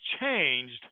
changed